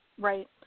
Right